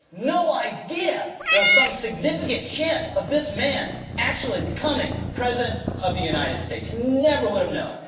no idea there was some significant chance of this man actually becoming president of the united states. you never would have known.